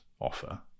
offer